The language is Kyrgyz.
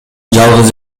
жалгыз